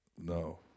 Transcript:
no